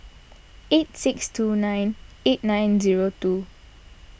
eight six two nine eight nine zero two